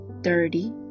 dirty